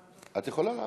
את יכולה לעלות.